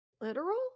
literal